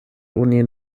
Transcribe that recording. oni